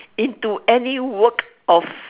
into any work of